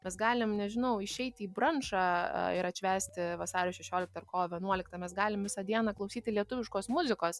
mes galim nežinau išeiti į brančą ir atšvęsti vasario šešioliktą ar kovo vienuoliktą mes galim visą dieną klausyti lietuviškos muzikos